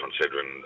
considering